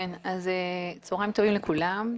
צוהריים טובים לכולם,